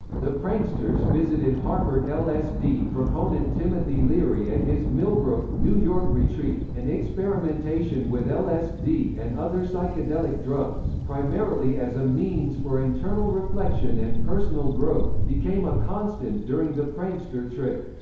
the pranksters visited harvard lsd proponent timothy leary at his millbrook, new york retreat, and experimentation with lsd and other psychedelic drugs, primarily as a means for internal reflection and personal growth, became a constant during the prankster trip.